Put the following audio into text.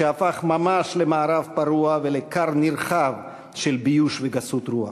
שהפך ממש למערב פרוע ולכר נרחב של ביוש וגסות רוח,